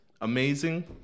amazing